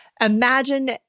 Imagine